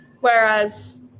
Whereas